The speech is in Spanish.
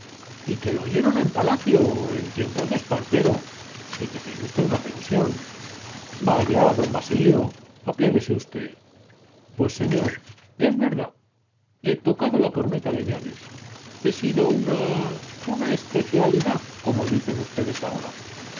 y que lo oyeron en palacio en tiempos de espartero y que tiene usted una pensión vaya don basilio apiádese usted pues señor es verdad he tocado la corneta de llaves he sido una una especialidad como dicen ustedes ahora